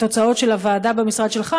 התוצאות של הוועדה במשרד שלך,